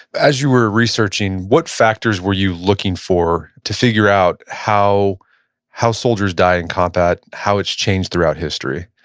as you were researching, what factors were you looking for to figure out how how soldiers die in combat, how it's changed throughout history?